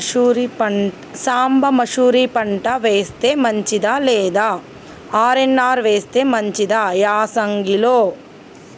సాంబ మషూరి పంట వేస్తే మంచిదా లేదా ఆర్.ఎన్.ఆర్ వేస్తే మంచిదా యాసంగి లో?